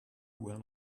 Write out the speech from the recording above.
will